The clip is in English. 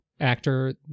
actor